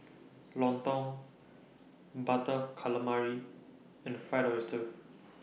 Lontong Butter Calamari and Fried Oyster